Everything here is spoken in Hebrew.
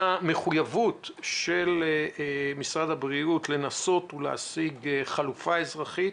מחויבות של משרד הבריאות לנסות ולהשיג חלופה אזרחית,